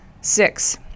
Six